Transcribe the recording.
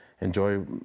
enjoy